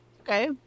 Okay